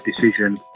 decision